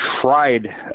tried